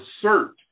assert